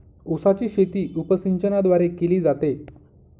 उसाची शेती उपसिंचनाद्वारे केली जाते